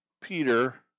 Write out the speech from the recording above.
Peter